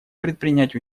предпринять